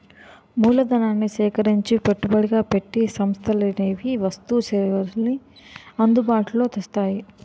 మూలధనాన్ని సేకరించి పెట్టుబడిగా పెట్టి సంస్థలనేవి వస్తు సేవల్ని అందుబాటులో తెస్తాయి